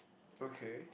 okay